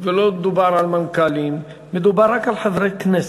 ולא מדובר על מנכ"לים, מדובר רק על חברי הכנסת,